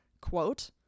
quote